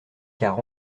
car